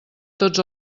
tots